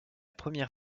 première